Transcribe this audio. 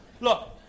Look